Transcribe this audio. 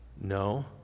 No